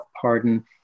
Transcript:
pardon